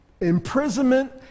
imprisonment